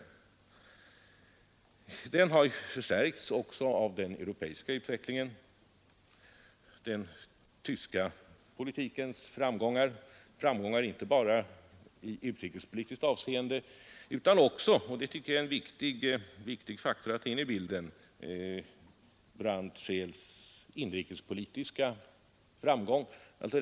Den har förstärkts också av den europeiska utvecklingen. Den tyska politikens uppläggning inte bara i utrikespolitiskt avseende utan också Brandt-Scheels inrikespolitiska framgång bör tas med i bilden.